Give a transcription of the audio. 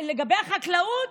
לגבי החקלאות?